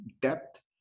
depth